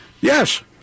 Yes